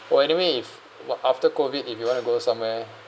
oh anyway if what after COVID if you want to go somewhere